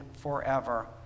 forever